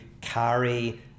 carry